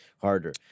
harder